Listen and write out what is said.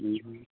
उम